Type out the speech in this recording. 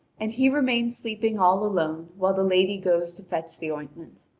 and he remains sleeping all alone, while the lady goes to fetch the ointment.